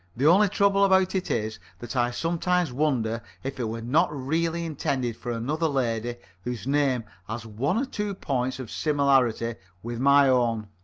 the only trouble about it is that i sometimes wonder if it was not really intended for another lady whose name has one or two points of similarity with my own.